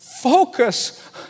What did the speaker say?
Focus